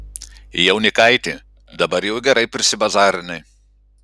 jaunikaiti dabar jau gerai prisibazarinai